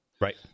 Right